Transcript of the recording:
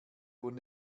von